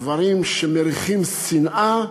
דברים שמריחים שנאה,